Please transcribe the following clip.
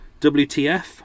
WTF